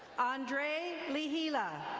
andre lehela.